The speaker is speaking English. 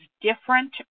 different